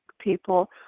people